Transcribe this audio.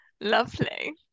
Lovely